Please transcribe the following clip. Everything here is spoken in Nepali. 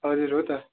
हजुर हो त